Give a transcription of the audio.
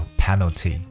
penalty